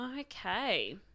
okay